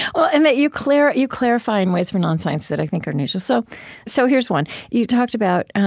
so and that you clarify you clarify in ways for non-scientists that i think are unusual. so so here's one you talked about